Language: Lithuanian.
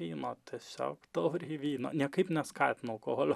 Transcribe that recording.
vyno tiesiog taurei vyno niekaip neskatinu alkoholio